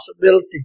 possibility